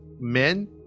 men